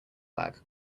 black